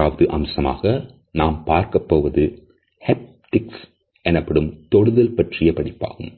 மூன்றாவது அம்சமாக நாம் பார்க்கப்போவது Haptics எனப்படும் தொடுதல் பற்றிய படிப்பாகும்